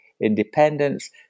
independence